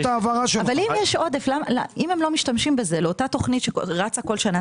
אם הם לא משתמשים בזה לאותה תוכנית שרצה כל שנה,